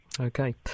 Okay